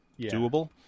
doable